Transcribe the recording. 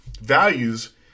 values